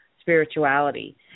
spirituality